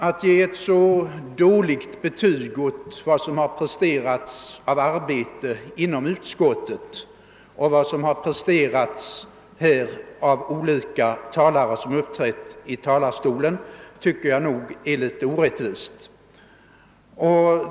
Att ge ett så dåligt betyg åt vad som har presterats av arbete inom utskottet och vad som har presterats här av olika talare som uppträtt i talarstolen tycker jag är litet orättvist.